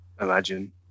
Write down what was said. imagine